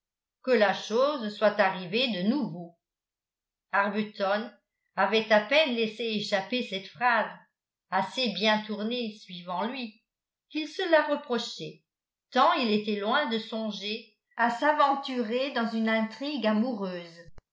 que la chose soit arrivée de nouveau arbuton avait à peine laissé échapper cette phrase assez bien tournée suivant lui quil se la reprochait tant il était loin de songer à s'aventurer dans une intrigue amoureuse